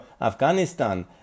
Afghanistan